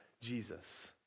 Jesus